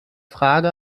frage